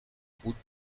route